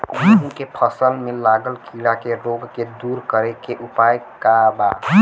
गेहूँ के फसल में लागल कीड़ा के रोग के दूर करे के उपाय का बा?